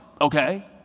okay